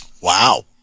Wow